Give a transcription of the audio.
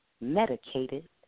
medicated